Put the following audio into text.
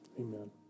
Amen